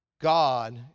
God